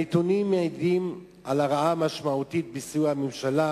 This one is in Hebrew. הנתונים מעידים על הרעה משמעותית בסיוע הממשלה